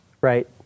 Right